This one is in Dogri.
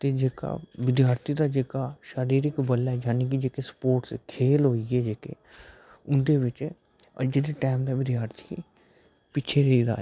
ते जेह्का विद्यार्थी दा जेह्का शारीरिक बल ऐ यानी की जेह्का स्पोटर्स खेल होइये जेह्के उंदे बिच अज्जै दा विद्यार्थी पिच्छे रेह दा ऐ